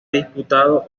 disputado